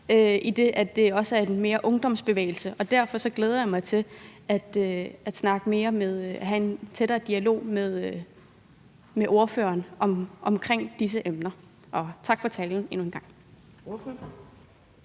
noget, der også hører til en ungdomsbevægelse. Derfor glæder jeg mig til at have en tættere dialog med ordføreren om disse emner. Og tak for talen endnu en gang.